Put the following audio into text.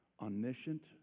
omniscient